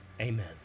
amen